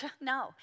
no